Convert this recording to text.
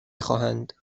خواهند